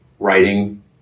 writing